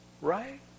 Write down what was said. right